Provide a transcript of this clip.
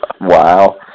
Wow